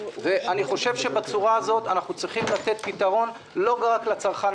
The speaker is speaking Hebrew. אני חושב שבצורה הזאת אנחנו צריכים לתת פתרון לא רק לצרכן